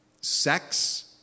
sex